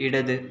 ഇടത്